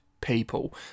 people